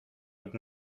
would